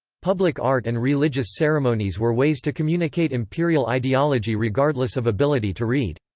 public art and religious ceremonies were ways to communicate imperial ideology regardless of ability to read.